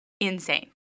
insane